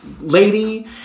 lady